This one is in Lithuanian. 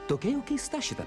tokia jin keista šita